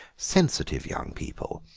sensitive young people,